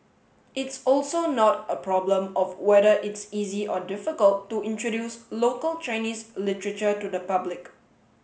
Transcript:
it's also not a problem of whether it's easy or difficult to introduce local Chinese literature to the public